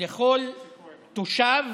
לכל תושב